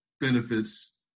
benefits